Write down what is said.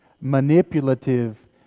manipulative